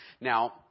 Now